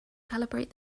calibrate